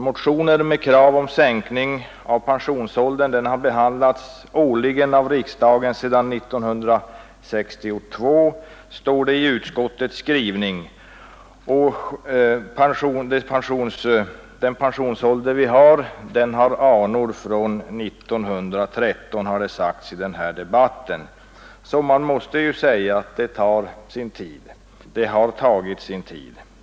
Motioner med krav på sänkning av pensionsåldern har årligen behandlats av riksdagen sedan 1962, står det i utskottets skrivning, och det har sagts i den här debatten att vår nuvarande pensionsålder har anor från 1913. Så det har sannerligen tagit sin tid.